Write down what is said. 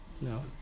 No